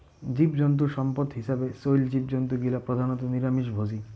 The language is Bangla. জীবজন্তু সম্পদ হিছাবে চইল জীবজন্তু গিলা প্রধানত নিরামিষভোজী